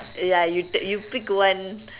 ya you you pick one